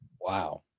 wow